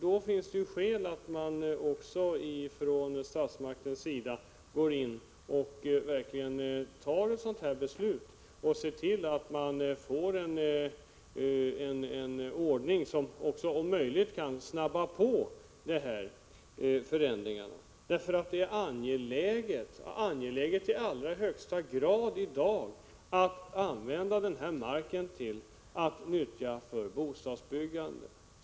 Då finns det skäl att man från statsmakten går in och fattar ett beslut för att om möjligt snabba på förändringarna. Det är i allra högsta grad angeläget att få använda marken till bostadsbyggande.